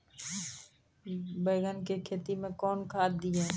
बैंगन की खेती मैं कौन खाद दिए?